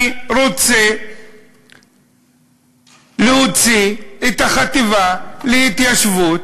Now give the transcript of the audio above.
אני רוצה להוציא את החטיבה להתיישבות,